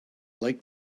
like